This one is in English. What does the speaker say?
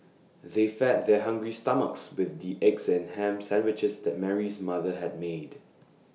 they fed their hungry stomachs with the eggs and Ham Sandwiches that Mary's mother had made